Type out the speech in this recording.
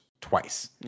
twice